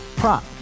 prop